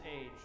age